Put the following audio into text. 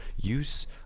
use